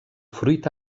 fruit